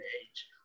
age